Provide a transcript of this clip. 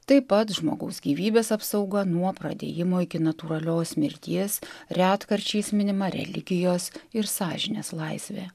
taip pat žmogaus gyvybės apsauga nuo pradėjimo iki natūralios mirties retkarčiais minima religijos ir sąžinės laisvė